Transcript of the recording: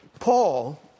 Paul